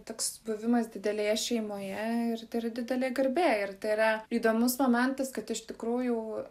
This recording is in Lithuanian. toks buvimas didelėje šeimoje ir tai yra didelė garbė ir tai yra įdomus momentas kad iš tikrųjų